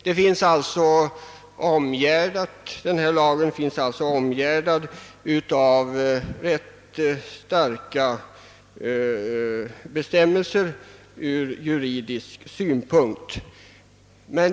Denna lag är alltså omgärdad av rätt starka bestämmelser ur juridisk synpunkt.